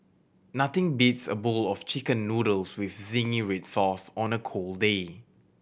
nothing beats a bowl of Chicken Noodles with zingy red sauce on a cold day